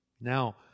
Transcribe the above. Now